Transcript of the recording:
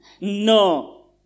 No